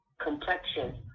complexion